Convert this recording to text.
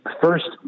first